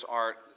art